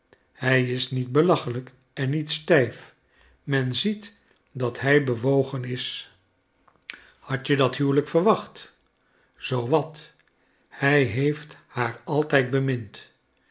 hij is niet belachelijk en niet stijf men ziet dat hij bewogen is hadt je dat huwelijk verwacht zoo wat hij heeft haar altijd bemind